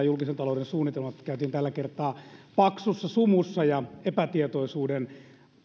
julkisen talouden suunnitelma käytiin tällä kertaa paksussa sumussa ja epätietoisuuden